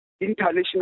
international